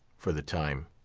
for the time.